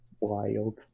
Wild